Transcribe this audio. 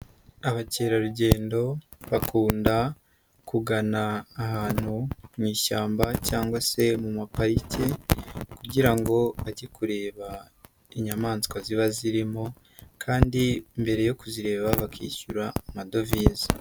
Abakerarugendo bakunda kugana ahantu mu ishyamba cyangwa se mu mapariki kugira ngo bajye kureba inyamaswa ziba zirimo kandi mbere yo kuzireba bakishyura amadovize.